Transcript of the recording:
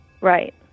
Right